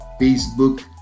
Facebook